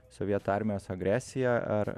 sovietų armijos agresiją ar